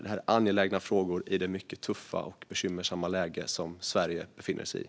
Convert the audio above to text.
Detta är angelägna frågor i det mycket tuffa och bekymmersamma läge som Sverige befinner sig i.